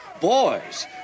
Boys